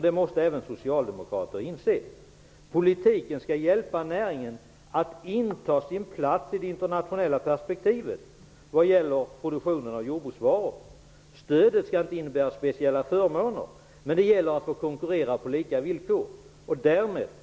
Det måste även socialdemokrater inse. Politiken skall hjälpa näringen att inta sin plats i det internationella perspektivet vad gäller produktion av jordbruksvaror. Stödet skall inte innebära speciella förmåner, utan det gäller att få konkurrera på lika villkor.